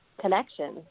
connection